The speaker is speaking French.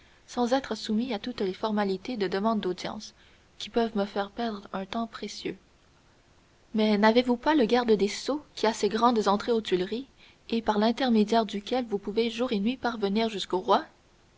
sans être soumis à toutes les formalités de demande d'audience qui peuvent me faire perdre un temps précieux mais n'avez-vous pas le garde des sceaux qui a ses grandes entrées aux tuileries et par l'intermédiaire duquel vous pouvez jour et nuit parvenir jusqu'au roi